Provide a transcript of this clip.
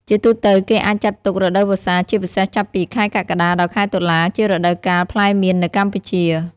ជាទូទៅ គេអាចចាត់ទុក រដូវវស្សា ជាពិសេសចាប់ពី ខែកក្កដាដល់ខែតុលា ជារដូវកាលផ្លែមៀននៅកម្ពុជា។